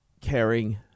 caring